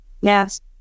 Yes